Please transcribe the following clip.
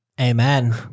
Amen